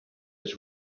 has